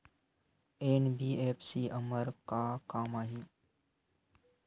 NBFC हमर का काम आही?